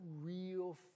real